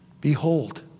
Behold